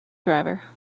driver